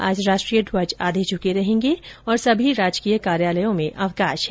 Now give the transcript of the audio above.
आज राष्ट्रीय ध्वज आधे झुके रहेंगे और सभी राजकीय कार्यालयों में अवकाश है